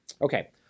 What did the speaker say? Okay